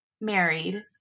married